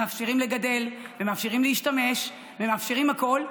מאפשרים לגדל ומאפשרים להשתמש ומאפשרים הכול,